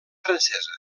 francesa